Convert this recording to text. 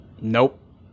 Nope